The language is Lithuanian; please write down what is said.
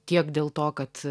tiek dėl to kad